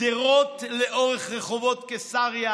גדרות לאורך רחובות קיסריה,